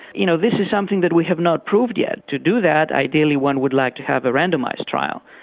you know this is something that we have not proved yet, to do that ideally one would like to have a randomised trial,